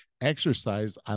Exercise